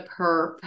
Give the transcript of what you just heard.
perp